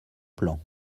plan